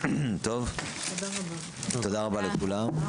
תודה רבה לכולם.